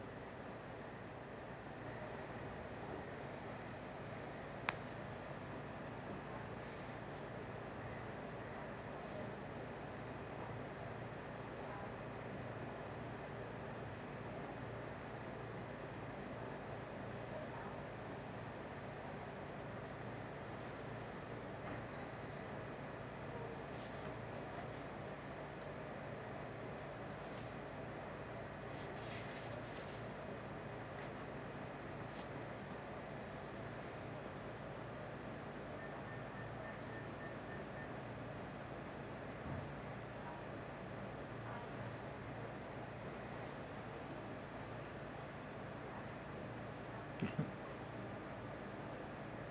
mmhmm